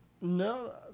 no